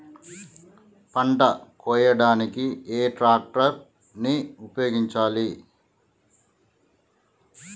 పంట కోయడానికి ఏ ట్రాక్టర్ ని ఉపయోగించాలి?